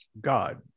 god